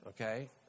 okay